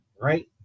Right